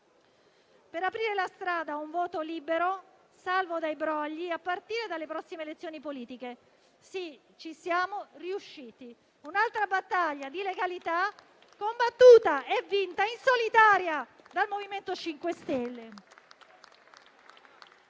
di aprire la strada a un voto libero, salvo dai brogli, a partire dalle prossime elezioni politiche. Sì, ci siamo riusciti: un'altra battaglia di legalità combattuta e vinta in solitaria dal MoVimento 5 Stelle.